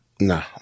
Nah